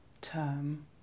term